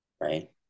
right